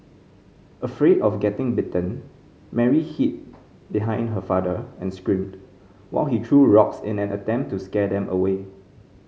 afraid of getting bitten Mary hid behind her father and screamed while he threw rocks in an attempt to scare them away